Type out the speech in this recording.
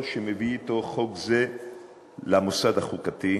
שמביא אתו חוק זה למוסד החוקתי בישראל.